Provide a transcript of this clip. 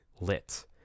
lit